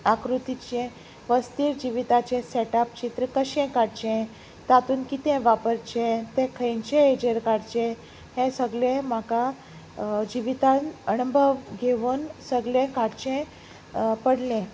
आकृतीचें वस्ती जिविताचें सेटअप चित्र कशें काडचें तातूंत कितें वापरचे तें खंयचे हाजेर काडचें हें सगलें म्हाका जिवितान अणभव घेवन सगलें काडचें पडलें